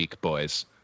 boys